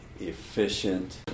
efficient